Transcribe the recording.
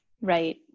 right